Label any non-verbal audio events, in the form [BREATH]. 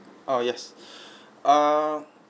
oh yes [BREATH] err